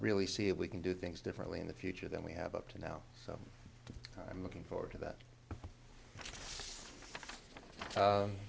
really see if we can do things differently in the future than we have up to now so i'm looking forward to that